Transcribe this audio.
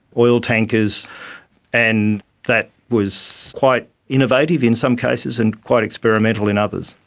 oil tankers and that was quite innovative in some cases and quite experimental in others.